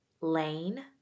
Lane